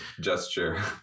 gesture